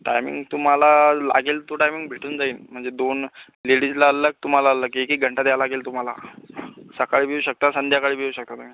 timing तुम्हाला लागेल तो टायमिंग भेटून जाईन म्हणजे दोन लेडीजला अलग तुम्हाला अलग एक एक घंटा द्यावा लागेल तुम्हाला सकाळीबी येऊ शकता संध्याकाळीबी येऊ शकता